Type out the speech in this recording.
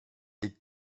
est